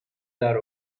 درو